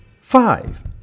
five